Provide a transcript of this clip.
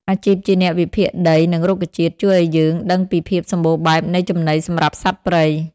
អាជីពជាអ្នកវិភាគដី និងរុក្ខជាតិ ជួយឱ្យយើងដឹងពីភាពសម្បូរបែបនៃចំណីសម្រាប់សត្វព្រៃ។